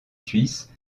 suisse